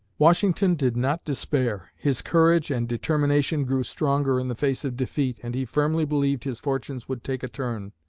washington did not despair. his courage and determination grew stronger in the face of defeat and he firmly believed his fortunes would take a turn.